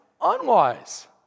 unwise